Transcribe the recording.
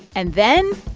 and then,